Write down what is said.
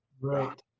Right